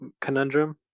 conundrum